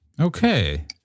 Okay